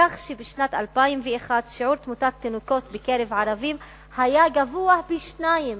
כך שבשנת 2001 שיעור תמותת תינוקות בקרב ערבים היה גבוה פי שניים